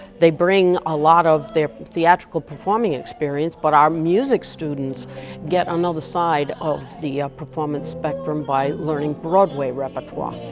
they bring a lot of their theatrical performing experience, but our music students get another side of the performance spectrum, by learning broadway repertoire.